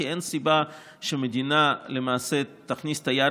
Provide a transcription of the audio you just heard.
כי אין סיבה שמדינה למעשה תכניס את היד